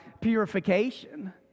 purification